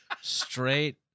straight